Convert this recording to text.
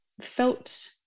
felt